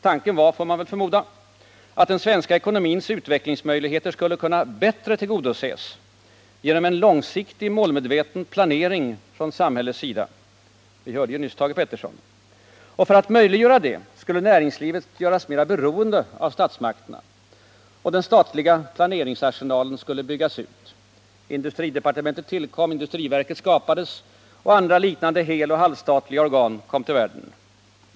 Tanken var — får man förmoda — att den svenska ekonomins utvecklingsmöjligheter skulle kunna bättre tillgodoses genom en långsiktig, målmedveten planering från samhällets sida — som vi nyss hörde Thage Peterson förorda. För att möjliggöra detta skulle näringslivet göras mer beroende av statsmakterna, och den statliga planeringsarsenalen skulle byggas ut. Industridepartementet tillkom, industriverket skapades och andra liknande heleller halvstatliga organ kom till världen.